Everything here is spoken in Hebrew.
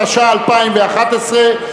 התשע"א 2011,